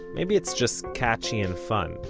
maybe it's just catchy and fun.